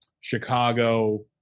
Chicago